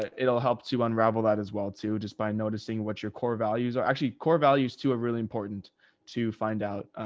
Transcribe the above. it'll help to unravel that as well, too, just by noticing what your core values are actually core values to a really important to find out,